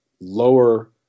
lower